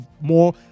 more